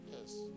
Yes